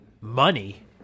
Money